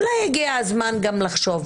ואולי הגיע הזמן גם לחשוב